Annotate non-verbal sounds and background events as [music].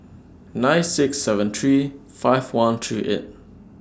[noise] nine six seven three five one three eight